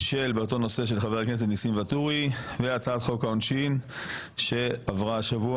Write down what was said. של חה"כ ניסים ואטורי 3. הצעת חוק העונשין (תיקון הגדרת איום),